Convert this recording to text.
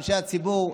אנשי הציבור,